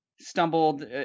stumbled